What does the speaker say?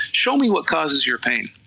show me what causes your pain,